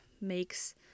makes